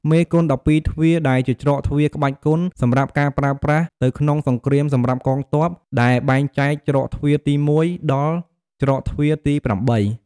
មេគុន ១២ទ្វារ ដែលជាច្រកទ្វារក្បាច់គុន សម្រាប់ការប្រើប្រាសទៅក្នុងសង្គ្រាមសម្រាប់កងទ័ព ដែលបែងចែក ច្រកទ្វារទី១ ដល់ច្រកទ្វារទី៨។